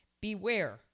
Beware